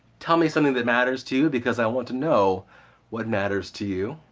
tell me something that matters to you, because i want to know what matters to you.